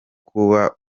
kuba